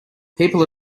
people